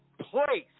place